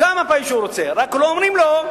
כמה פעמים שהוא רוצה, רק לא אומרים לו,